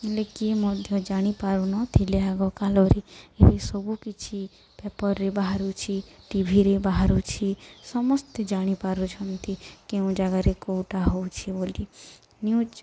ହେଲେ କିଏ ମଧ୍ୟ ଜାଣି ପାରୁନଥିଲେ ଆଗ କାଳରେ ଏବେ ସବୁକିଛି ପେପରରେ ବାହାରୁଛି ଟିଭିରେ ବାହାରୁଛି ସମସ୍ତେ ଜାଣିପାରୁଛନ୍ତି କେଉଁ ଜାଗାରେ କେଉଁଟା ହଉଛି ବୋଲି ନ୍ୟୁଜ